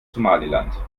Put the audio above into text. somaliland